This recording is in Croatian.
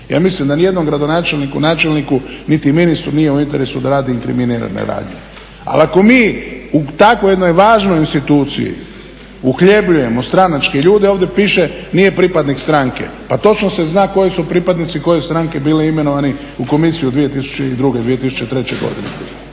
Ja mislim da nijednom gradonačelniku, načelniku niti ministru nije u interesu da radi inkriminirane radnje. Ali ako mi u tako jednoj važnoj instituciji uhljebljujemo stranačke ljude, ovdje piše nije pripadnik stranke. Pa točno se zna koji su pripadnici koje stranke bili imenovani u komisiju 2002., 2003. godine,